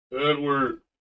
Edward